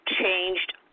changed